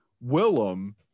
Willem